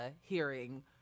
hearing